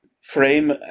frame